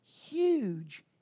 huge